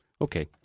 Okay